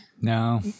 No